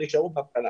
אלא יישארו באבטלה.